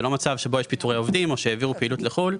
זה לא מצב שבו יש פיטורי עובדים או שהעבירו פעילות לחוץ לארץ,